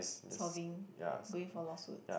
solving going for lawsuit